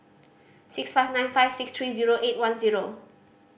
six five nine five six three zero eight one zero